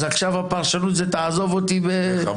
אז עכשיו הפרשנות זה תעזוב אותו לבד.